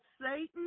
Satan